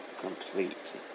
complete